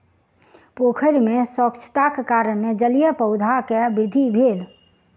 पोखैर में स्वच्छताक कारणेँ जलीय पौधा के वृद्धि भेल